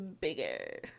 bigger